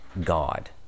God